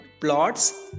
plots